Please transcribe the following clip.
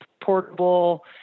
portable